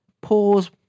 pause